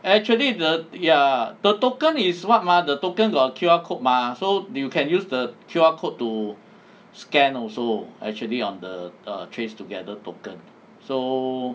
actually the ya the token is what mah the token got Q_R code mah so you can use the Q_R code to scan also actually on err trace together token so